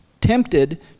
tempted